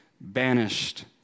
banished